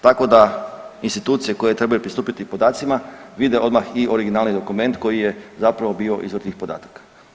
Tako da institucije koje trebaju pristupiti tim podacima vide odmah i originalni dokument koji je zapravo bio izvor tih podataka.